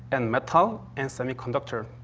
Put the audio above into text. and metal, and semiconductor.